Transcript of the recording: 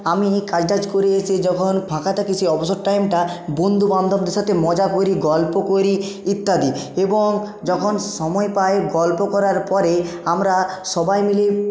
আমি কাজ টাজ করে এসে যখন ফাঁকা থাকি সেই অবসর টাইমটা বন্ধুবান্ধবদের সাথে মজা করি গল্প করি ইত্যাদি এবং যখন সময় পাই গল্প করার পরে আমরা সবাই মিলে